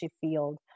field